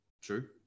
true